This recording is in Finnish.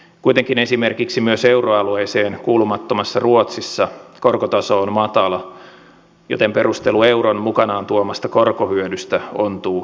kuitenkin esimerkiksi myös euroalueeseen kuulumattomassa ruotsissa korkotaso on matala joten perustelu euron mukanaan tuomasta korkohyödystä ontuu tältä osin